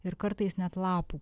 ir kartais net lapų